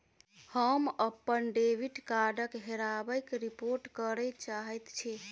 हम अप्पन डेबिट कार्डक हेराबयक रिपोर्ट करय चाहइत छि